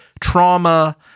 trauma